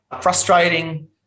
frustrating